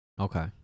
Okay